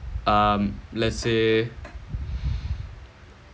um let's say